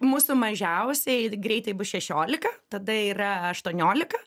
mūsų mažiausiajai greitai bus šešiolika tada yra aštuoniolika